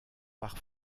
par